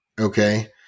Okay